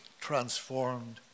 transformed